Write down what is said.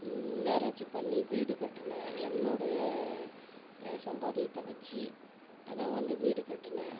marriage பண்ணி வீடு கட்டினேன் என்னுடைய சம்பாதியத்தை வச்சு நான் வந்து வீடு கட்டினேன்